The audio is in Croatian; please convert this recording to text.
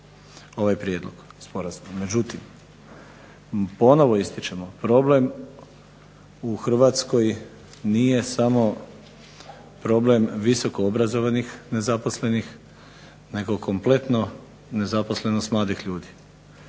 ovaj prijedlog sporazuma, međutim ponovo ističemo problem u Hrvatskoj nije samo problem visokoobrazovanih nezaposlenih, nego kompletno nezaposlenost mladih ljudi.